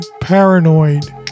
paranoid